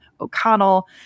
O'Connell